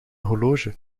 horloge